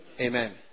Amen